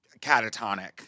catatonic